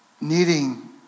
needing